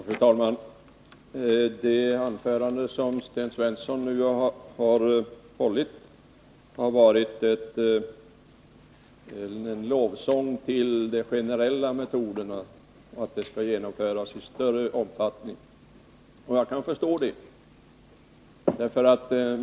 Fru talman! Det anförande som Sten Svensson nu har hållit har varit en lovsång till de generella metoderna; dessa skall genomföras i större omfattning. Jag kan förstå det.